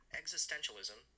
existentialism